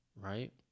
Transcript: right